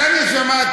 כי אני שמעתי,